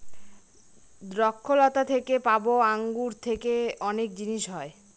দ্রক্ষলতা থেকে পাবো আঙ্গুর থেকে অনেক জিনিস হয়